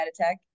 Meditech